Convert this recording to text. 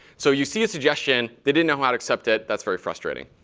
so you see a suggestion, they didn't know how to accept it. that's very frustrating.